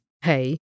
Hey